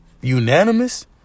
unanimous